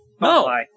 No